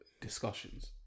discussions